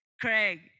Craig